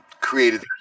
created